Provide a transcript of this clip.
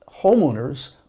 homeowners